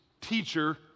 teacher